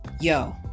yo